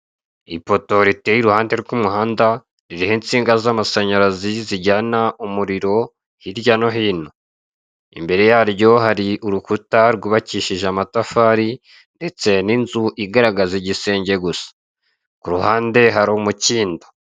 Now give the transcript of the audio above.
Ipoto riteye iruhande rw'umuhanda, ririho z'amashanyarazi zijyana umuriro hirya no hino, imbere yaryo hari urukuta rwubakishije amatafari ndetse n'inzu igaragaza igisenge gusa, ku ruhande hari umukindo.